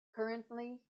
currently